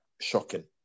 shocking